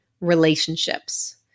relationships